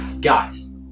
Guys